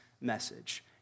message